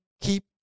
keep